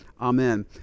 Amen